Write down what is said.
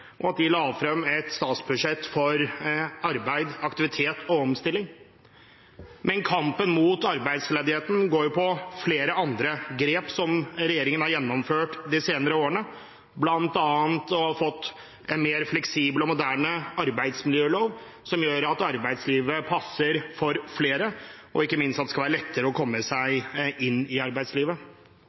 og at de la frem et statsbudsjett for arbeid, aktivitet og omstilling. Men når det gjelder kampen mot arbeidsledigheten, har regjeringen gjennomført flere grep de senere årene, bl.a. har vi fått en mer fleksibel og moderne arbeidsmiljølov som gjør at arbeidslivet passer for flere, og ikke minst at det skal være lettere å komme seg inn i arbeidslivet.